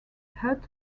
hutt